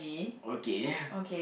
okay